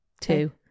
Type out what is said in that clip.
Two